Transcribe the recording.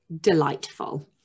delightful